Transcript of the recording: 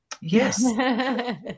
Yes